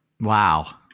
wow